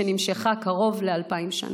שנמשכה קרוב לאלפיים שנה,